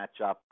matchup